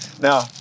Now